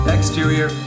Exterior